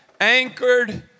anchored